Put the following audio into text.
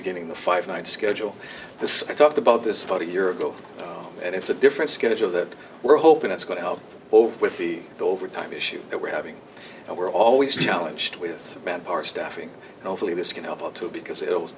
beginning the five night schedule this i talked about this forty year ago and it's a different schedule that we're hoping it's going to help with the overtime issue that we're having and we're always challenged with manpower staffing healthfully this can help out too because it was